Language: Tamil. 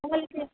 உங்களுக்கு